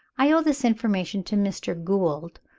i owe this information to mr. gould,